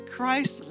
Christ